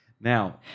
Now